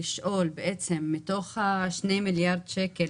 מתוך שני מיליארד שקל